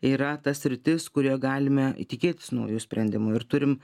yra ta sritis kurioje galime tikėtis naujų sprendimų ir turim